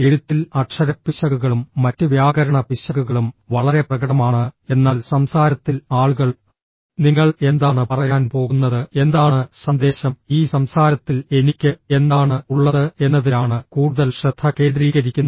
എഴുത്തിൽ അക്ഷരപ്പിശകുകളും മറ്റ് വ്യാകരണ പിശകുകളും വളരെ പ്രകടമാണ് എന്നാൽ സംസാരത്തിൽ ആളുകൾ നിങ്ങൾ എന്താണ് പറയാൻ പോകുന്നത് എന്താണ് സന്ദേശം ഈ സംസാരത്തിൽ എനിക്ക് എന്താണ് ഉള്ളത് എന്നതിലാണ് കൂടുതൽ ശ്രദ്ധ കേന്ദ്രീകരിക്കുന്നത്